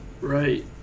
Right